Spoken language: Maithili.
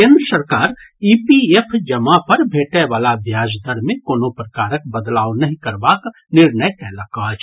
केन्द्र सरकार ईपीएफ जमा पर भेटय वला ब्याज दर मे कोनो प्रकारक बदलाव नहि करबाक निर्णय कयलक अछि